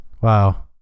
Wow